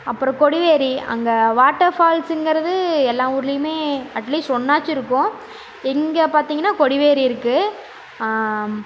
அப்புறம் கொடிவேரி அங்கே வாட்டர் ஃபால்ஸ்ஸுங்கிறது எல்லா ஊர்லேயுமே அட்லீஸ்ட் ஒன்றாச்சும் இருக்கும் இங்கே பார்த்திங்னா கொடிவேரி இருக்குது